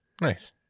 Nice